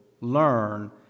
learn